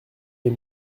les